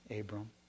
Abram